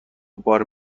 بار